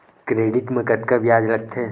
Credit मा कतका ब्याज लगथे?